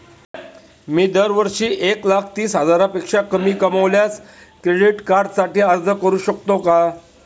मी दरवर्षी एक लाख तीस हजारापेक्षा कमी कमावल्यास क्रेडिट कार्डसाठी अर्ज करू शकतो का?